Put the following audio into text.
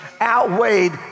outweighed